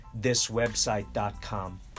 thiswebsite.com